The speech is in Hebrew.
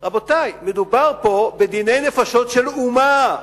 רבותי, מדובר פה בדיני נפשות של אומה.